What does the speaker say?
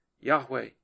Yahweh